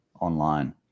online